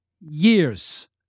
years